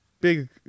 big